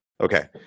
Okay